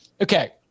okay